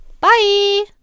Bye